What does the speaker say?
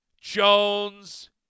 Jones